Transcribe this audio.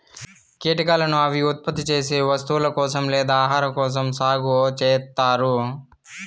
కీటకాలను అవి ఉత్పత్తి చేసే వస్తువుల కోసం లేదా ఆహారం కోసం సాగు చేత్తారు